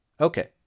Okay